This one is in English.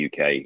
uk